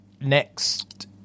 next